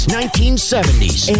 1970s